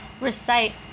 Recite